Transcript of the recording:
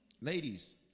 ladies